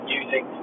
using